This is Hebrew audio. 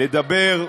לדבר,